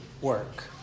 work